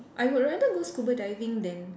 I would rather go scuba diving than